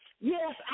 Yes